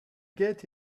get